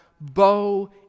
bow